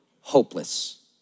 hopeless